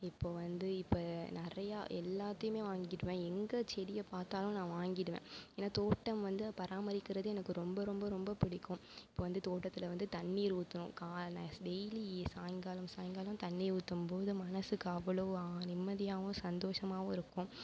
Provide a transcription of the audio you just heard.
இப்போ வந்து இப்போ நிறையா எல்லாத்தையும் நான் வாங்கிவிடுவேன் எங்கே செடியை பார்த்தாலும் நான் வாங்கிவிடுவேன் ஏன்னா தோட்டம் வந்து பராமரிக்கிறது எனக்கு ரொம்ப ரொம்ப ரொம்ப பிடிக்கும் இப்போ வந்து தோட்டத்தில் வந்து தண்ணீர் ஊற்றுவோம் காலை ந டெய்லி சாயங்காலம் சாயங்காலம் தண்ணீர் ஊற்றும் போது மனசுக்கு அவ்வளவு ஆ நிம்மதியாகவும் சந்தோஷமாகவும் இருக்கும்